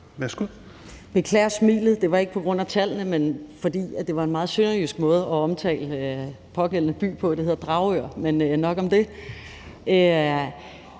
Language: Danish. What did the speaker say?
beklager smilet – det var ikke på grund af tallene, men fordi det var en meget sønderjysk måde at udtale pågældende by på; det hedder Dragør med tryk på